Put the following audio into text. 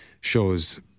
shows